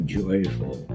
joyful